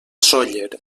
sóller